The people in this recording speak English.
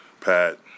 Pat